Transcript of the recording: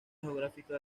geográfica